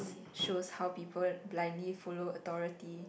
show how people blindly follow authority